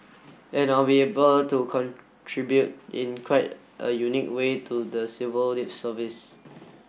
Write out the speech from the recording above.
and I'll be able to contribute in quite a unique way to the civil service